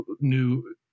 new